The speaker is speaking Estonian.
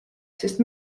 sest